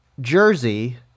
Jersey